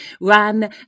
ran